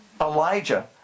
Elijah